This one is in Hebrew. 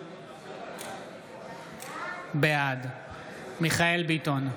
בעד מיכאל מרדכי ביטון,